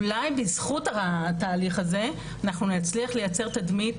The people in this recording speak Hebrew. אולי בזכות התהליך הזה אנחנו נצליח לייצר תדמית